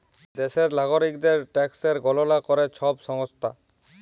দ্যাশের লাগরিকদের ট্যাকসের গললা ক্যরে ছব সংস্থা